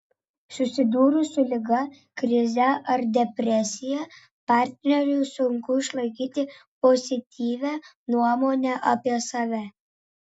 susidūrus su liga krize ar depresija partneriui sunku išlaikyti pozityvią nuomonę apie save